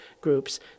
groups